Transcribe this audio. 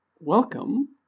Welcome